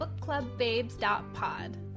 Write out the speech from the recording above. bookclubbabes.pod